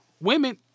women